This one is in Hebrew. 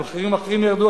שמחירים אחרים ירדו.